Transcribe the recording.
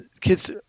kids